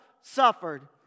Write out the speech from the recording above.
suffered